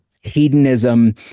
hedonism